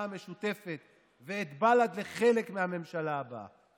המשותפת ואת בל"ד לחלק מהממשלה הבאה,